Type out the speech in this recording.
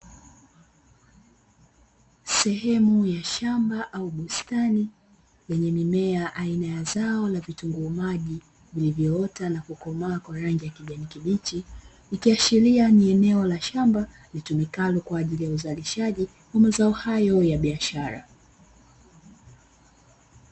Sehemu ya shamba au bustani lenye mimea aina ya zao la vitunguu maji vilivyoota na kukomaa kwa rangi ya kijani kibichi, ikiashiria ni eneo la shamba litumikalo kwa ajili ya uzalishaji wa mazao hayo ya biashara.